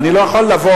אני לא יכול לבוא,